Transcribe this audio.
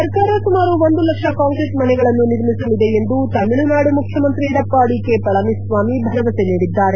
ಸರ್ಕಾರ ಸುಮಾರು ಒಂದು ಲಕ್ಷ ಕಾಂಕ್ರೀಟ್ ಮನೆಗಳನ್ನು ನಿರ್ಮಿಸಲಿದೆ ಎಂದು ತಮಿಳುನಾಡು ಮುಖ್ಯಮಂತ್ರಿ ಇಡಪ್ಪಾಡಿ ಕೆ ಪಳನಿಸ್ವಾಮಿ ಭರವಸೆ ನೀಡಿದ್ದಾರೆ